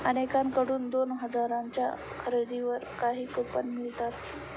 अनेकांकडून दोन हजारांच्या खरेदीवर काही कूपन मिळतात